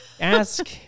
Ask